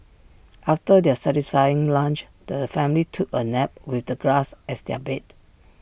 after their satisfying lunch the family took A nap with the grass as their bed